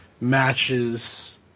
matches